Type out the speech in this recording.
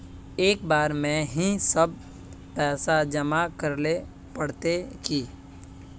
एक बार में ही सब पैसा जमा करले पड़ते की?